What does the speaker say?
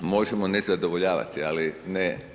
Možemo ne zadovoljavati, ali ne.